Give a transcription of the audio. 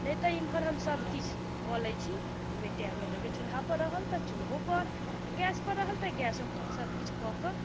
नहि तऽ एम्हर हम सभ किछु कऽ लैत छी एहिमे टाइम नहि लागल चुल्हा पर रहल तऽ चूल्हो पर आ गैस पर रहल तऽ गैसो पर सभ किछु कऽके